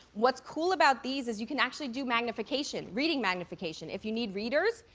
what's cool about these is you can actually do magnification, reading magnification. if you need readers,